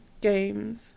games